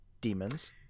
demons